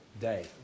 day